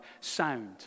sound